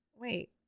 Wait